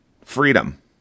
Freedom